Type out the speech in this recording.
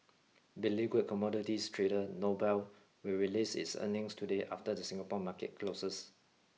beleaguered commodities trader Noble will release its earnings today after the Singapore market closes